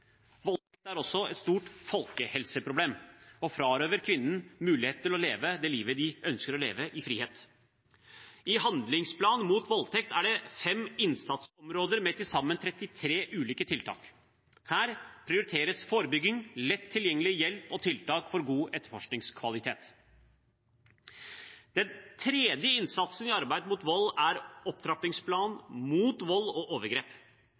Voldtekt er også et stort folkehelseproblem og frarøver kvinnene mulighet til å leve det livet de ønsker å leve i frihet. I handlingsplanen mot voldtekt er det fem innsatsområder med til sammen 33 ulike tiltak. Her prioriteres forebygging, lett tilgjengelig hjelp og tiltak for god etterforskningskvalitet. Den tredje innsatsen i arbeidet mot vold er opptrappingsplanen mot vold og overgrep.